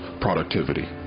productivity